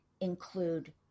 include